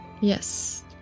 Yes